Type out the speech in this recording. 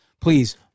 Please